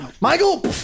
Michael